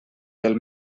del